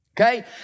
Okay